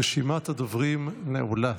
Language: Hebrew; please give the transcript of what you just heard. רשימת הדוברים נעולה.